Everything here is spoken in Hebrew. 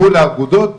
מול האגודות,